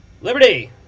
Liberty